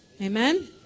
amen